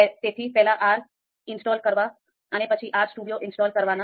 તેથી પહેલા R install કરવા અને પછી R studio ઇન્સ્ટોલ કરવાના છે